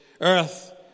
Earth